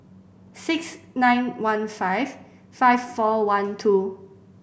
six nine one five five four one two